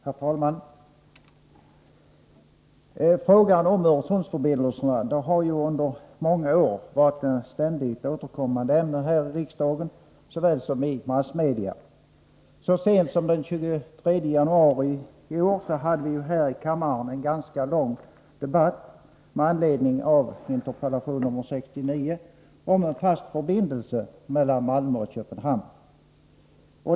Herr talman! Frågan om Öresundsförbindelserna har under många år varit ett ständigt återkommande ämne såväl här i riksdagen som i massmedia. Så sent som den 23 januari i år hade vi här i kammaren en ganska lång debatt med anledning av interpellation nr 69 om en fast förbindelse mellan Malmö och Köpenhamn.